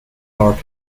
art